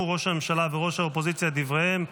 ראש הממשלה וראש האופוזיציה את דבריהם,